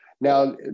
Now